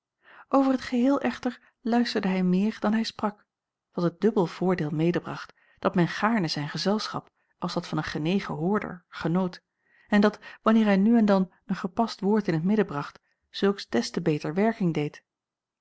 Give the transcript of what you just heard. over t geheel echter luisterde hij meer dan hij sprak wat het dubbel voordeel medebracht dat men gaarne zijn gezelschap als dat van een genegen hoorder genoot en dat wanneer hij nu en dan een gepast woord in t midden bracht zulks des te beter werking deed